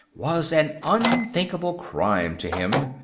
was an unthinkable crime to him.